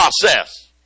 process